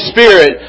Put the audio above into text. Spirit